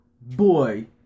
Boy